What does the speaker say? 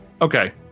okay